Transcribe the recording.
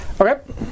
Okay